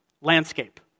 Landscape